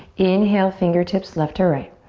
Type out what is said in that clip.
inhale fingertips, left to right.